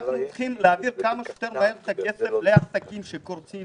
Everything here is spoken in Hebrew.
אנחנו צריכים להעביר כמה שיותר מהר את הכסף לעסקים שקורסים